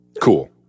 cool